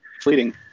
fleeting